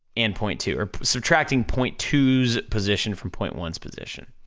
and point two, or subtracting point two's position from point one's position.